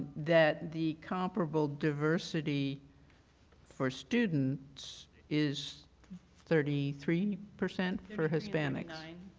that the comparable diversity for students is thirty three percent for hispanics? thirty-nine.